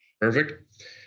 Perfect